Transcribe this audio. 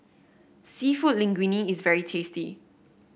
seafood Linguine is very tasty